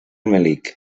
melic